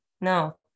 no